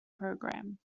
program